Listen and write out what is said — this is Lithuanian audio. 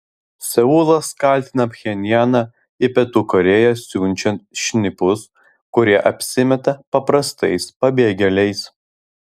seulas kaltina pchenjaną į pietų korėją siunčiant šnipus kurie apsimeta paprastais pabėgėliais